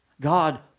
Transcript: God